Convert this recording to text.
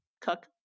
cook